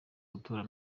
gutora